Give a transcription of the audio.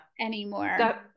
Anymore